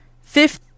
Fifth